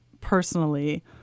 personally